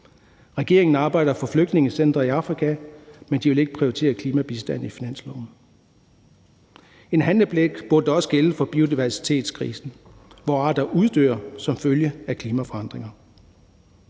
Regeringen arbejder for flygtningecentre i Afrika, men de vil ikke prioritere klimabistand i finansloven. En handlepligt burde også gælde for biodiversitetskrisen, hvor arter uddør som følge af klimaforandringer.